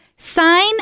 Sign